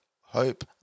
Hope